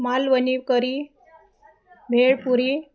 Malvani curry bhelpuri